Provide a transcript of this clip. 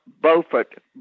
Beaufort